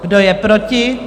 Kdo je proti?